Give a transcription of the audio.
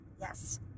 Yes